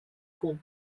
called